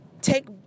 take